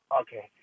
Okay